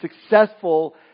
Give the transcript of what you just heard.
successful